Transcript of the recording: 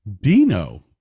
dino